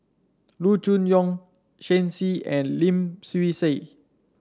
Loo Choon Yong Shen Xi and Lim Swee Say